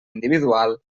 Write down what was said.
individual